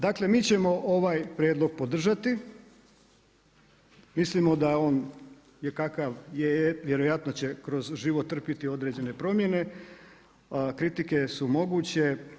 Dakle mi ćemo ovaj prijedlog podržati, mislimo da je on je kakav je, vjerojatno će kroz život trpiti određene promjene kritike su moguće.